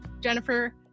Jennifer